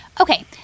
Okay